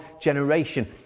generation